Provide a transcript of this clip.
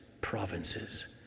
provinces